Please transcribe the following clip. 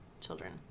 Children